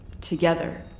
together